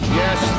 yes